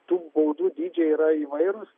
tų baudų dydžiai yra įvairūs